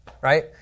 right